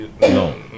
No